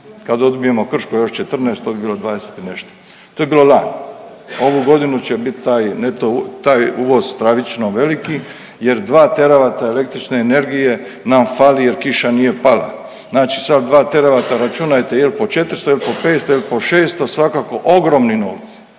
kad odbijemo Krško još 14 to bi bilo 20 i nešto, to je bilo lani, ovu godinu će bit taj neto, taj uvoz stravično veliki jer 2 teravata električne energije nam fali jer kiša nije pala. Znači sa 2 teravata računajte jel po 400, jel po 500, jel po 600, svakako ogromni novci,